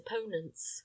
opponents